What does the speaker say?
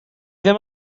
ddim